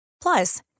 plus